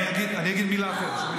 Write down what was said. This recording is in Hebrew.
--- אוקיי, אני אגיד מילה אחרת.